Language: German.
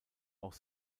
auch